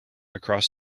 across